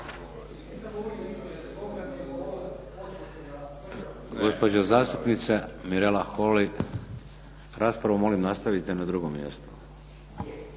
Gospođa zastupnica Mirela Holy. Raspravu molim nastavite na drugom mjestu.